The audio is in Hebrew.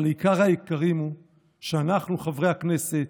אבל עיקר העיקרים הוא שאנחנו, חברי הכנסת,